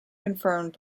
confirmed